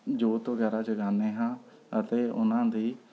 ਜੋਤ ਵਗੈਰਾ ਜਗਾਉਂਦੇ ਹਾਂ ਅਤੇ ਉਨ੍ਹਾਂ ਦੀ